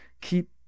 keep